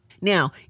Now